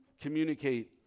communicate